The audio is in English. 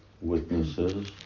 witnesses